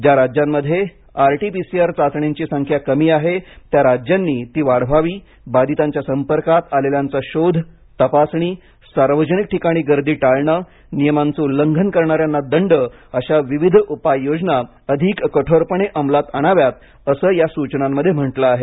ज्या राज्यांमध्ये आरटीपीसीआर चाचण्यांची संख्या कमी आहे त्या राज्यांनी ती वाढवावी बाधितांच्या संपर्कात आलेल्यांचा शोध तपासणी सार्वजनिक ठिकाणी गर्दी टाळणं नियमांचं उल्लंघन करणाऱ्यांना दंड अशा विविध उपाय योजना अधिक कठोरपणे अमलात आणाव्यात असं या सूचनांमध्ये म्हटलं आहे